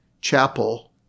chapel